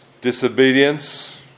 Disobedience